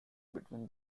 between